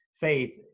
Faith